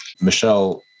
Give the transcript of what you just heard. Michelle